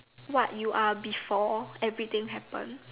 what you are before everything happen